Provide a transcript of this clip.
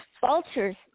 Vultures